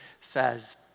says